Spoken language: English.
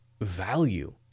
value